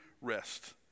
rest